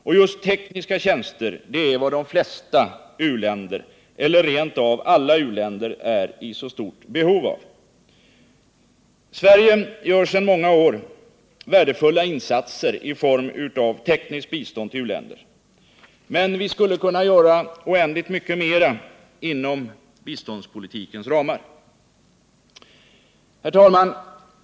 Och just tekniska tjänster är vad de flesta u-länder — eller rent av alla u-länder — är i så stort behov av. Sverige gör sedan många år värdefulla insatser i form av tekniskt bistånd till u-länder. Men vi skulle kunna göra oändligt mycket mera inom biståndspolitikens ramar. Herr talman!